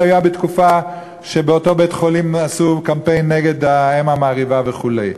זה היה בתקופה שבאותו בית-חולים עשו קמפיין נגד האם המרעיבה וכו'.